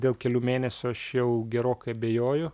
dėl kelių mėnesių aš jau gerokai abejoju